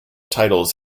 titles